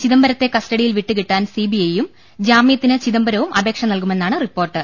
ചിദംബരത്തെ കസ്റ്റഡി യിൽ വിട്ടുകിട്ടാൻ സിബിഐയും ജാമ്യത്തിന് ചിദംബരവും അപേക്ഷ നൽകുമെന്നാണ് റിപ്പോർട്ട്